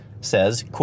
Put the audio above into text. says